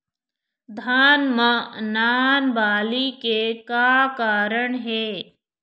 धान म नान बाली के का कारण हे?